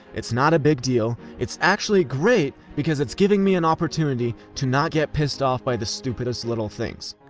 it's not a big deal. it's actually great because it's giving me an opportunity to not get pissed off by the stupidest little things.